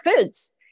foods